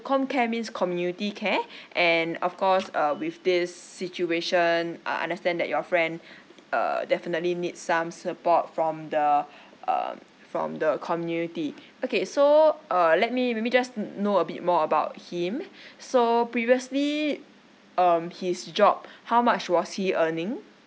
comcare means community care and of course uh with this situation uh understand that your friend err definitely need some support from the um from the community okay so uh let me let me just know a bit more about him so previously um his job how much was he earning